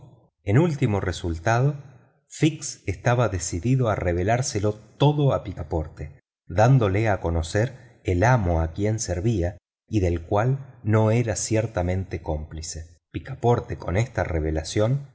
en última instancia fix estaba decidido a revelárselo todo a picaporte dándole a conocer el amo a quien servía y del cual no era ciertamente cómplice picaporte con esta revelación